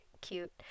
cute –